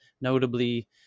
notably